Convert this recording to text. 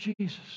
Jesus